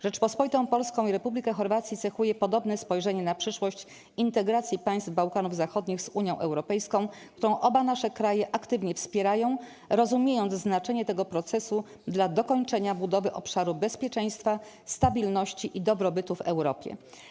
Rzeczpospolitą Polską i Republikę Chorwacji cechuje podobne spojrzenie na przyszłość integracji państw Bałkanów Zachodnich z Unią Europejską, którą oba nasze kraje aktywnie wspierają, rozumiejąc znaczenie tego procesu dla dokończenia budowy obszaru bezpieczeństwa, stabilności i dobrobytu w Europie.